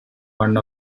one